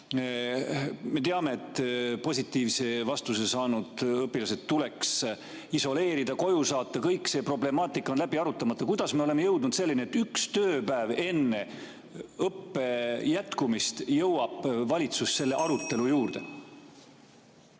Me teame, et positiivse vastuse saanud õpilased tuleks isoleerida, koju saata. Kogu see problemaatika on läbi arutamata. Kuidas me oleme jõudnud selleni, et vaid üks tööpäev enne õppe jätkumist jõuab valitsus selle arutelu juurde?